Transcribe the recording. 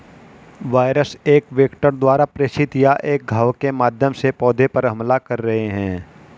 virus एक vector द्वारा प्रेषित या एक घाव के माध्यम से पौधे पर हमला कर रहे हैं